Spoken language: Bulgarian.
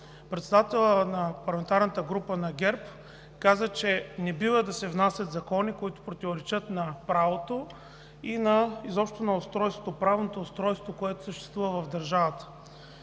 председателят на парламентарната група на ГЕРБ каза, че не бива да се внасят закони, които противоречат на правото и изобщо на правното устройство, което съществува в държавата.